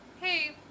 hey